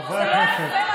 דרך ארץ קדמה לתורה,